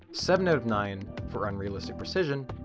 seven out of nine for unrealistic precision,